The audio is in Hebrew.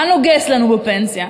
מה נוגס לנו בפנסיה?